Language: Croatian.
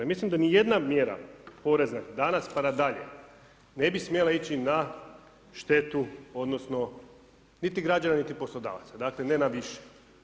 I mislim da ni jedna mjera porezna, danas pa na dalje, ne bi smjela ići na štetu, odnosno niti građana niti poslodavaca, dakle ne na više.